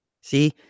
See